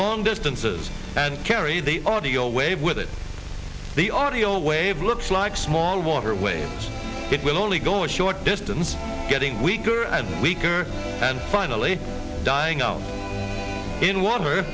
long distances and carry the audio wave with it the audio wave looks like small waterway it will only go a short distance getting weaker and weaker and finally dying out in what